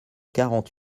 quarante